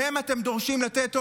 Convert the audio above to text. מהם אתם דורשים לתת עוד?